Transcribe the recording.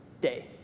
day